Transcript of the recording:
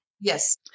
Yes